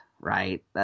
right